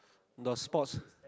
the sports